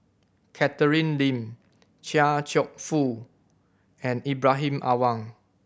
Catherine Lim Chia Cheong Fook and Ibrahim Awang